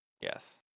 Yes